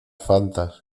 fantas